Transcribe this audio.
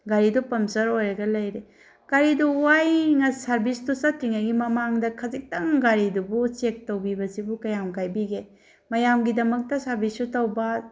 ꯒꯥꯔꯤꯗꯨ ꯄꯪꯆꯔ ꯑꯣꯏꯔꯒ ꯂꯩꯔꯦ ꯒꯥꯔꯤꯗꯨ ꯁꯥꯔꯕꯤꯁꯇꯨ ꯆꯠꯇ꯭ꯔꯤꯉꯩꯒꯤ ꯃꯃꯥꯡꯗ ꯈꯖꯤꯛꯇꯪ ꯒꯥꯔꯤꯗꯨꯕꯨ ꯆꯦꯛ ꯇꯧꯕꯤꯕꯁꯤꯕꯨ ꯀꯌꯥꯝ ꯀꯥꯏꯕꯤꯒꯦ ꯃꯌꯥꯝꯒꯤꯗꯃꯛꯇ ꯁꯥꯔꯕꯤꯁꯁꯨ ꯇꯧꯕ